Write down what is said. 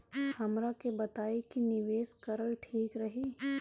हमरा के बताई की निवेश करल ठीक रही?